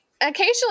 occasionally